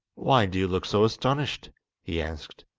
why do you look so astonished he asked.